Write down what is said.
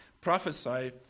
prophesy